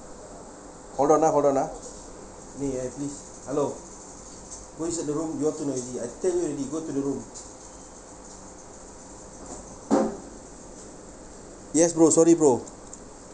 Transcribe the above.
hold on ah hold on ah may I please hello who is at the room you all too noisy I tell you already go to the room yes bro sorry bro